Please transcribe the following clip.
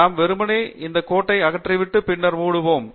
நாம் வெறுமனே அந்த கோட்டை அகற்றிவிட்டு பின்னர் மூடுவோம்